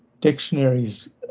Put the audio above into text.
dictionaries